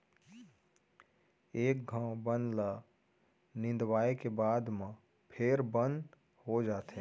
एक घौं बन ल निंदवाए के बाद म फेर बन हो जाथे